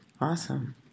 Awesome